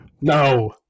No